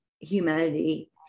humanity